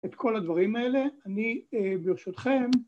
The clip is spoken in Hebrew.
‫את כל הדברים האלה. ‫אני ברשותכם...